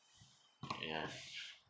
yeah